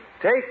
Take